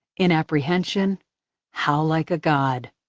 in apprehension how like a god!